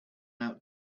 out